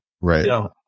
right